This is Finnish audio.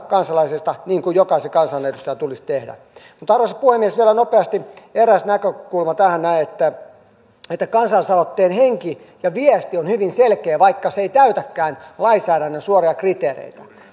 kansalaisista niin kuin jokaisen kansanedustajan tulisi tehdä arvoisa puhemies vielä nopeasti eräs näkökulma tähän näin että kansalaisaloitteen henki ja viesti ovat hyvin selkeitä vaikka ne eivät täytäkään lainsäädännön suoria kriteereitä